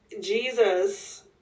Jesus